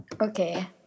Okay